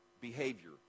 behavior